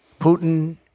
Putin